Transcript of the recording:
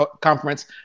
Conference